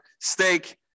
steak